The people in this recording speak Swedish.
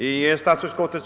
Herr talman!